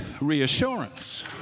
reassurance